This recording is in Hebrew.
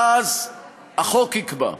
ואז החוק יקבע,